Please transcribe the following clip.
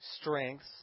strengths